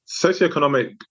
Socioeconomic